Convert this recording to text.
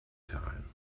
time